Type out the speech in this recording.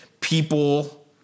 people